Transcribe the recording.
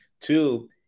Two